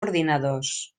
ordinadors